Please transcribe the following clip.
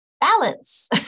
Balance